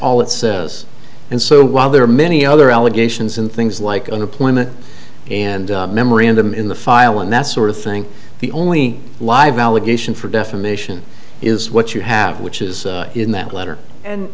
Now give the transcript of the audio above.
all it says and so while there are many other allegations and things like unemployment and memorandum in the file and that sort of thing the only live allegation for defamation is what you have which is in that letter and